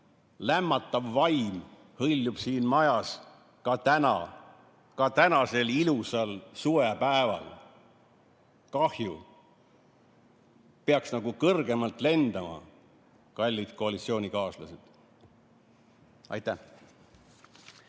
lämmatav vaim, hõljub siin majas ka täna, ka tänasel ilusal suvepäeval. Kahju! Peaks kõrgemalt lendama, kallid koalitsioonikaaslased! Aitäh!